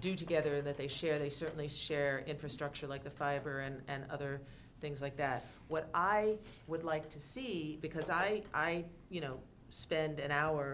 do together that they share they certainly share infrastructure like the fiber and other things like that what i would like to see because i i you know spend an hour